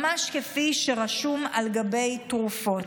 ממש כפי שרשום על גבי תרופות.